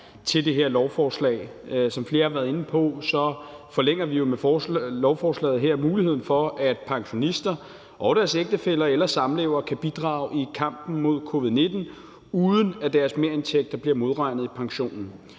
til det her lovforslag. Som flere har været inde på, forlænger vi jo med lovforslaget her muligheden for, at pensionister og deres ægtefæller eller samlevere kan bidrage i kampen mod covid-19, uden at deres merindtægter bliver modregnet i pensionen.